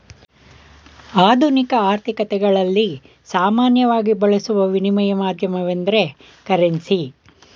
ಆಧುನಿಕ ಆರ್ಥಿಕತೆಗಳಲ್ಲಿ ಸಾಮಾನ್ಯವಾಗಿ ಬಳಸುವ ವಿನಿಮಯ ಮಾಧ್ಯಮವೆಂದ್ರೆ ಕರೆನ್ಸಿ